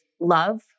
love